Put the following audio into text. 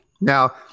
Now